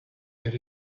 that